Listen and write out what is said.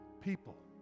people